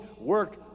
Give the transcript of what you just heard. work